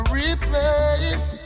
replace